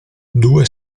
due